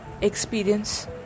experience